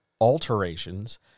alterations